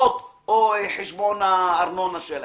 הוט או חשבון הארנונה שלהם.